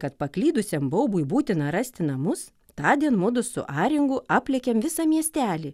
kad paklydusiam baubui būtina rasti namus tądien mudu su aringu aplėkėm visą miestelį